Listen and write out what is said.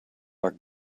are